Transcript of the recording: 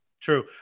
True